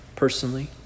personally